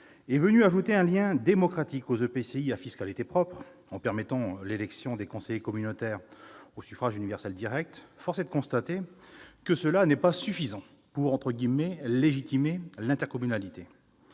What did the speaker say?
est venu ajouter un lien démocratique aux EPCI à fiscalité propre en permettant l'élection des conseillers communautaires au suffrage universel direct, force est de constater que cela n'est pas suffisant pour légitimer l'intercommunalité.